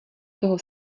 toho